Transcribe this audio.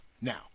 Now